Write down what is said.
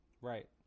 Right